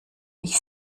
ich